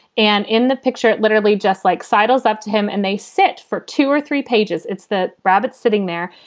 and in the picture, literally, just like sidles up to him and they sit for two or three pages. it's that rabbit sitting there.